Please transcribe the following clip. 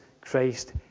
Christ